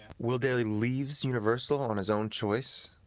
will dailey leaves universal on his own choice,